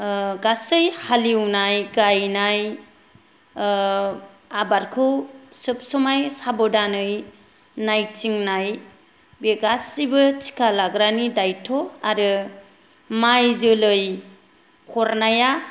ओ गासै हालेवनाय गायनाय आबादखौ सब समाय साब'दानै नायथिंनाय बे गासिबो थिखा लाग्रानि दायथ' आरो माइ जोलै हरनाया